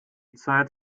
zeit